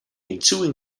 ensuing